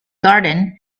garden